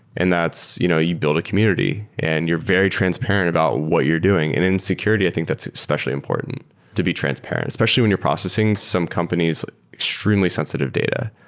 and that's you know you build a community and you're very transparent about what you're doing. in in security, i think that's especially important to be transparent, especially when you're processing some company's extremely sensitive data.